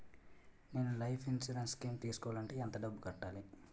నేను life insurance scheme తీసుకోవాలంటే ఎంత డబ్బు కట్టాలి?